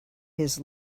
his